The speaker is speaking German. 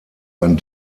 ein